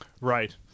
Right